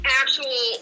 actual